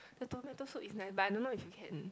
the tomato soup is nice but I don't know if you can